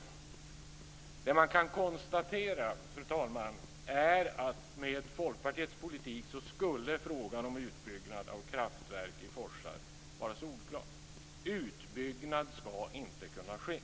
Det som man kan konstatera är att med Folkpartiets politik skulle frågan om utbyggnad av kraftverk i forsar vara solklar - utbyggnad ska inte kunna ske.